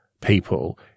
people